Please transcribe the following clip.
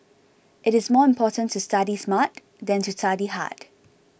it is more important to study smart than to study hard